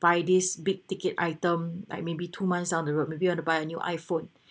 buy this big ticket items like maybe two months down the road maybe you want to buy a new Iphone